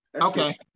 Okay